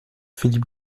philip